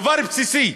דבר בסיסי.